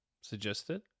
suggested